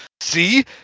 see